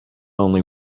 only